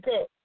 up